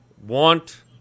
want